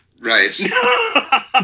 Right